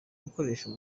gukoresha